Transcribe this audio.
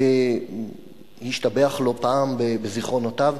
שאדם השתבח לא פעם בזיכרונותיו,